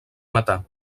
matar